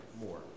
more